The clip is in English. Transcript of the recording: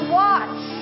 watch